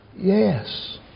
yes